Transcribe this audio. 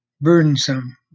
burdensome